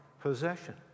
possession